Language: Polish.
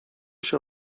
się